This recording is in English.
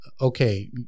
okay